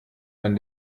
man